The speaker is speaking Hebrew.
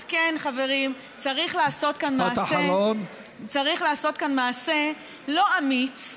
אז כן, חברים, צריך לעשות כאן מעשה לא אמיץ,